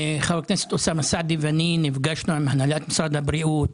חבר הכנסת אוסמה סעדי ואני נפגשנו עם הנהלת משרד הבריאות,